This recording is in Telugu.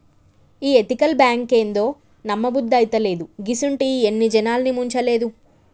ఈ ఎతికల్ బాంకేందో, నమ్మబుద్దైతలేదు, గిసుంటియి ఎన్ని జనాల్ని ముంచలేదు